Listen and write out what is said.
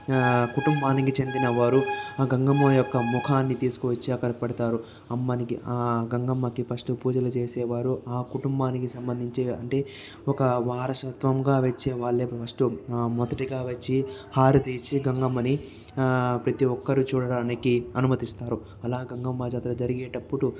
కుటుంబానికి చెందినవారు ఆ గంగమ్మ యొక్క ముఖాన్ని తీసుకువచ్చి అక్కడ పెడతారు అమ్మని ఆ గంగమ్మకి ఫస్ట్ పూజలు చేసేవారు ఆ కుటుంబానికి సంబంధించి అంటే ఒక వారసత్వంగా వచ్చే వాళ్లే ఫస్ట్ మొదటగా వచ్చి హారతినిచ్చి గంగమ్మని ప్రతి ఒక్కరు చూడడానికి అనుమతిస్తారు అలా గంగమ్మ జాతర జరిగేటప్పుడు